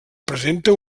presenta